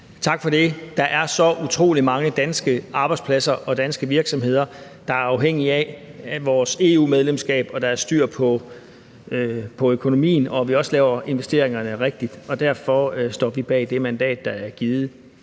Tak for det. Der er så utrolig mange danske arbejdspladser og danske virksomheder, der er afhængige af vores EU-medlemskab og af, at der er styr på økonomien, og at vi også laver investeringerne rigtigt. Derfor står vi bag det mandat, der er givet.